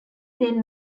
then